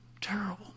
terrible